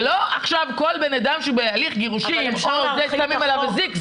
זה לא עכשיו כל אדם שבהליך גירושין שמים עליו אזיק,